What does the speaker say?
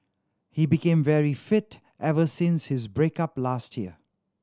he became very fit ever since his break up last year